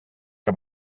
que